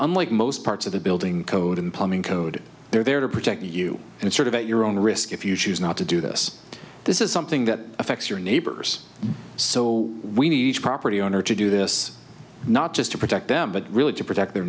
i'm like most parts of the building code and plumbing code they're there to protect you and sort of at your own risk if you choose not to do this this is something that affects your neighbors so we need property owner to do this not just to protect them but really to protect their